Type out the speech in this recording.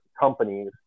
companies